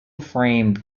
framed